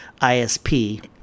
ISP